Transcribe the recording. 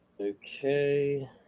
okay